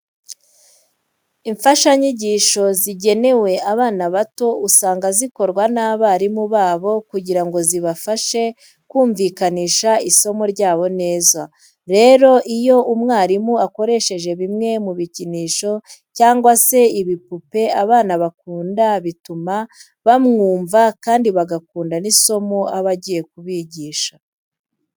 Imfashanyigisho zigenewe abana bato usanga zikorwa n'abarimu babo kugira ngo zibafashe kumvikanisha isomo ryabo neza. Rero iyo umwarimu akoresheje bimwe mu bikinisho cyangwa se ibipupe abana bakunda bituma bamwumva kandi bagakunda n'isomo aba agiye kubigisha.